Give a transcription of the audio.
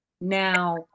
Now